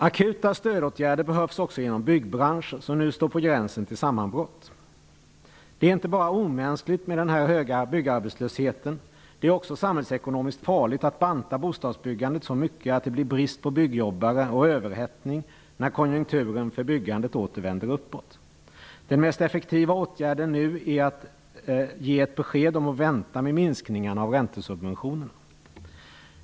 Akuta stödåtgärder behövs också inom byggbranschen, som nu står på gränsen till sammanbrott. Det är inte bara omänskligt med den höga byggarbetslöshen. Det är också samhällsekonomiskt farligt att banta bostadsbyggandet så mycket att det blir brist på byggjobbare och överhettning när konjunkturen för byggandet åter vänder uppåt. Den mest effektiva åtgärden nu är att ge ett besked om att man skall vänta med minskningarna av räntesubventionerna.